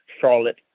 Charlotte